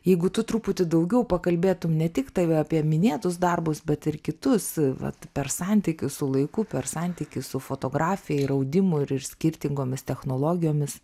jeigu tu truputį daugiau pakalbėtum ne tik tave apie minėtus darbus bet ir kitus vat per santykius su laiku per santykį su fotografija ir audimu ir skirtingomis technologijomis